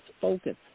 focus